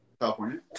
California